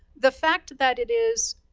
the fact that it is